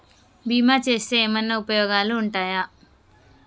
బీమా చేస్తే ఏమన్నా ఉపయోగాలు ఉంటయా?